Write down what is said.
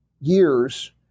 years